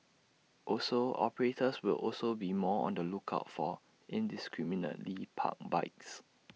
also operators will also be more on the lookout for indiscriminately parked bikes